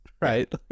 right